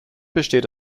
besteht